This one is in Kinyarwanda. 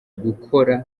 gukora